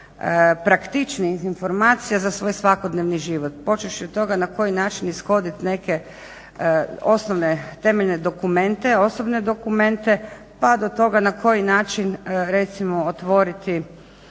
najpraktičnijih informacija za svoj svakodnevni život, počevši od toga na koji način ishodit neke osnovne temeljne dokumente, osobne dokumente, pa do toga na koji način recimo otvoriti